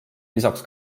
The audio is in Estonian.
lisaks